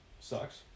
Sucks